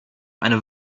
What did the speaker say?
eine